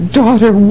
daughter